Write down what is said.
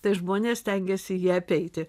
tai žmonės stengiasi jį apeiti